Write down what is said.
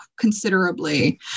considerably